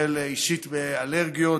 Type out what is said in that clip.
סובל אישית מאלרגיות,